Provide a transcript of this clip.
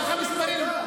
אתה צריך להגיד תודה.